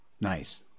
Nice